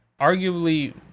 arguably